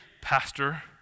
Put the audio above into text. pastor